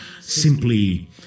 simply